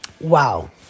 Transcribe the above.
Wow